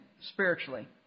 spiritually